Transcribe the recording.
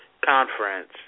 conference